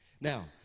Now